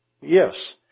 Yes